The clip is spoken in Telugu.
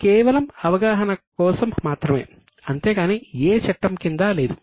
ఇది కేవలం అవగాహన కోసం మాత్రమే అంతేకానీ ఏ చట్టం క్రింద లేదు